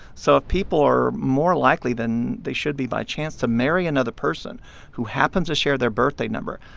so if people are more likely than they should be by chance to marry another person who happens to share their birthday number,